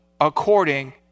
according